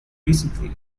recently